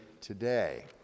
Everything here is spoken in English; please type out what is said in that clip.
today